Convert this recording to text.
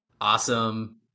awesome